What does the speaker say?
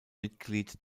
mitglied